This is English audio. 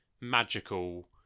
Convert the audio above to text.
magical